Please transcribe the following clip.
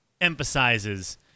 emphasizes